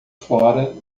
fora